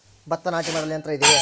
ಭತ್ತ ನಾಟಿ ಮಾಡಲು ಯಂತ್ರ ಇದೆಯೇ?